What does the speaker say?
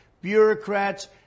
bureaucrats